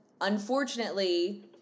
unfortunately